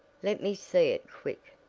let me see it quick!